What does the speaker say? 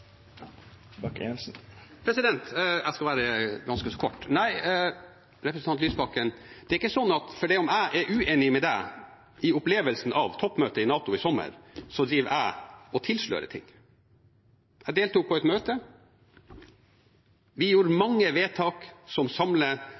Jeg skal være ganske kort. Nei, representant Lysbakken, det er ikke sånn at fordi jeg er uenig med deg i opplevelsen av toppmøtet i NATO i sommer, så driver jeg og tilslører ting. Jeg deltok på et møte. Vi gjorde